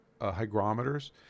Hygrometers